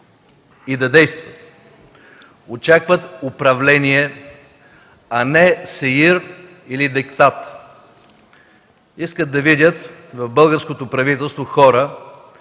и да действат. Очакват управление, а не сеир или диктат. Искат да видят в българското правителство хора,